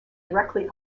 directly